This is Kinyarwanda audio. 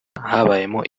habayemo